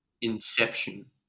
Inception